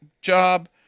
job